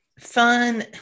Fun